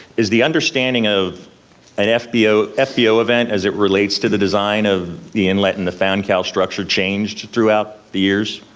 is the understanding of an fbo fbo event as it relates to the design and the inlet and the fan cowl structure changed throughout the years?